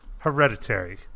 Hereditary